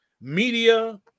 Media